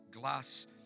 glass